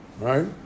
right